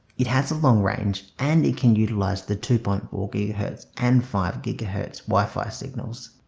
it has a long range and it can utilize the two point four gigahertz and five gigahertz wi-fi signals.